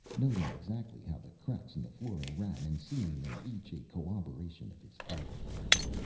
noting exactly how the cracks in the flooring ran and seeing in each a corroboration of his theory.